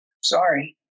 Sorry